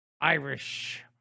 Irish